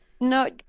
No